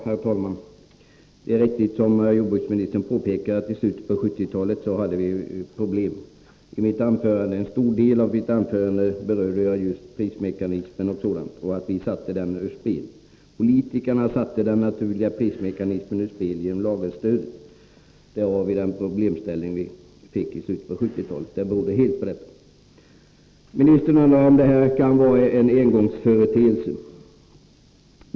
Herr talman! Det är riktigt som jordbruksministern påpekar att vi i slutet av 1970-talet hade ett problem. En stor del av mitt anförande ägnade jag åt bl.a. prismekanismen och påpekade att den sattes ur spel. Politikerna satte den naturliga prismekanismen ur spel genom lagerstödet. Där har vi orsaken till den problemställning som vi fick i slutet av 1970-talet Den berodde helt på lagerstödet. Jordbruksministern undrar om detta kan vara en engångsföreteelse.